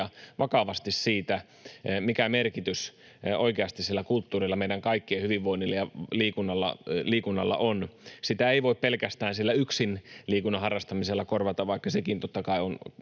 vakavasti siitä, mikä merkitys oikeasti kulttuurilla ja liikunnalla meidän kaikkien hyvinvoinnille on. Sitä ei voi pelkästään yksin liikunnan harrastamisella korvata, vaikka sekin totta kai on